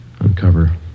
Uncover